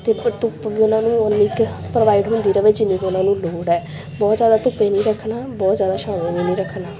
ਅਤੇ ਧਿਪ ਧੁੱਪ ਵੀ ਉਹਨਾਂ ਨੂੰ ਉੱਨੀ ਕ ਪ੍ਰੋਵਾਈਡ ਹੁੰਦੀ ਰਹੇ ਜਿੰਨੀ ਕੁ ਉਹਨਾਂ ਨੂੰ ਲੋੜ ਹੈ ਬਹੁਤ ਜ਼ਿਆਦਾ ਧੁੱਪੇ ਨਹੀਂ ਰੱਖਣਾ ਬਹੁਤ ਜ਼ਿਆਦਾ ਛਾਵੇਂ ਵੀ ਨਹੀਂ ਰੱਖਣਾ